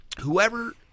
Whoever